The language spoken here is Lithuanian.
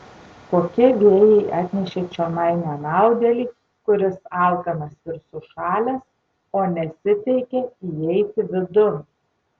kokie vėjai atnešė čionai nenaudėlį kuris alkanas ir sušalęs o nesiteikia įeiti vidun